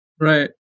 Right